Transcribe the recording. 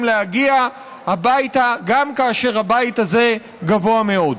להגיע הביתה גם כאשר הבית הזה גבוה מאוד.